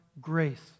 grace